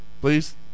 Please